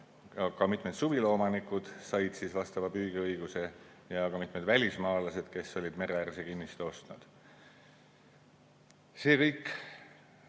et mitmed suvilaomanikud said vastava püügiõiguse ja ka mitmed välismaalased, kes olid mereäärse kinnistu ostnud. See kõiki